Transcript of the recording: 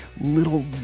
little